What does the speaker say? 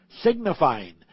signifying